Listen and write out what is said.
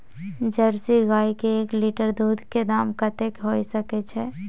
Jersey गाय के एक लीटर दूध के दाम कतेक होय सके छै?